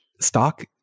stock